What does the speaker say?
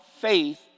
faith